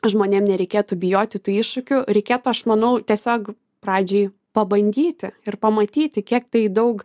žmonėm nereikėtų bijoti tų iššūkių reikėtų aš manau tiesiog pradžiai pabandyti ir pamatyti kiek tai daug